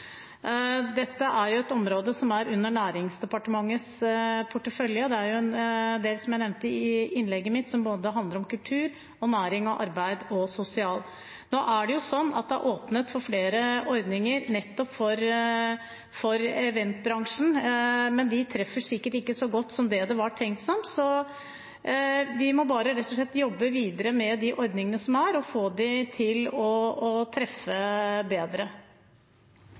Dette er et område som er under Næringsdepartementets portefølje. Det er jo, som jeg nevnte i innlegget mitt, en del som handler om både kultur, næring og arbeid og sosial. Nå er det jo åpnet for flere ordninger nettopp for eventbransjen, men de treffer sikkert ikke så godt som det var tenkt, så vi må rett og slett bare jobbe videre med de ordningene som er, og få dem til å treffe bedre.